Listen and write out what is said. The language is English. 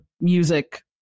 music